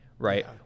Right